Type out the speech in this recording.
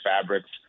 fabrics